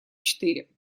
четыре